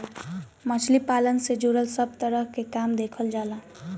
मछली पालन से जुड़ल सब तरह के काम देखल जाला